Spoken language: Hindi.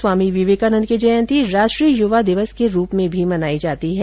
स्वामी विवेकानन्द की जयन्ती राष्ट्रीय युवा दिवस के रूप में भी मनाई जाती है